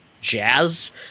jazz